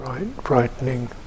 Brightening